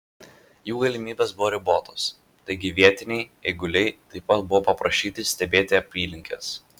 jų galimybės buvo ribotos taigi vietiniai eiguliai taip pat buvo paprašyti stebėti apylinkes